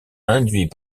induit